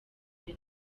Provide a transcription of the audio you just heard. kuri